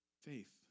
faith